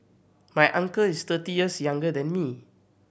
my uncle is thirty years younger than me